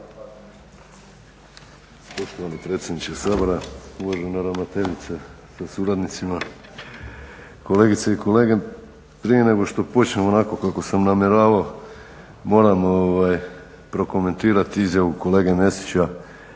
Poštovani predsjedniče Sabora, uvažena ravnateljice sa suradnicima, kolegice i kolege. Prije nego što počnem onako kako sam namjeravao moram prokomentirati izjavu kolege Mesića